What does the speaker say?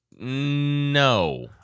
No